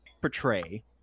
portray